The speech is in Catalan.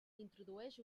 introdueix